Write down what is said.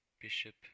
Bishop